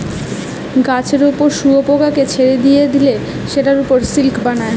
গাছের উপর শুয়োপোকাকে ছেড়ে দিয়া হলে সেটার উপর সে সিল্ক বানায়